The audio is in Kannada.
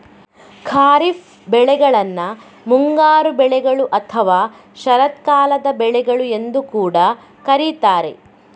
ಖಾರಿಫ್ ಬೆಳೆಗಳನ್ನ ಮುಂಗಾರು ಬೆಳೆಗಳು ಅಥವಾ ಶರತ್ಕಾಲದ ಬೆಳೆಗಳು ಎಂದು ಕೂಡಾ ಕರೀತಾರೆ